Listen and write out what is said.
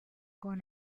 con